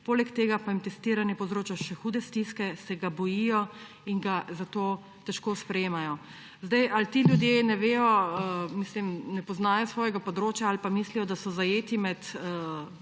Poleg tega pa jim testiranje povzroča še hude stiske, se ga bojijo in ga zato težko sprejemajo.« Ali ti ljudje ne poznajo svojega področja ali pa mislijo, da so zajeti med